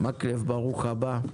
חבר הכנסת מקלב ברוך הבא.